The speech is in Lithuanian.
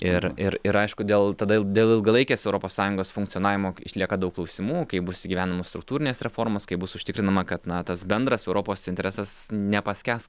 ir ir ir aišku dėl tada dėl ilgalaikės europos sąjungos funkcionavimo išlieka daug klausimų kaip bus įgyvendinamos struktūrinės reformos kaip bus užtikrinama kad na tas bendras europos interesas nepaskęs